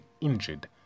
injured